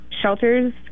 shelters